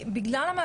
אלימות מינית,